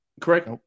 Correct